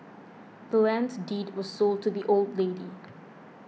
the land's deed was sold to the old lady